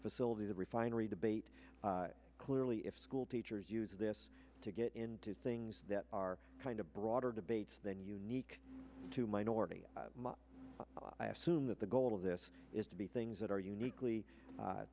facility the refinery debate clearly if schoolteachers use this to get into things that are kind of broader debate than unique to minorities i assume that the goal of this is to be things that are uniquely